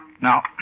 Now